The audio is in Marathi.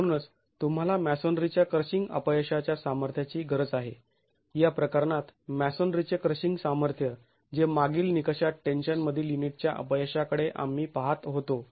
म्हणूनच तुम्हाला मॅसोनरीच्या क्रशिंग अपयशाच्या सामर्थ्याची गरज आहे या प्रकरणात मॅसोनरीचे क्रशिंग सामर्थ्य जे मागील निकषात टेन्शन मधील युनिटच्या अपयशाकडे आम्ही पाहत होतो